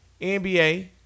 NBA